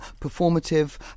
performative